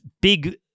big